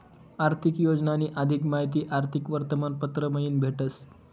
आर्थिक योजनानी अधिक माहिती आर्थिक वर्तमानपत्र मयीन भेटस